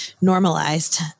normalized